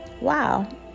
wow